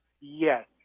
yes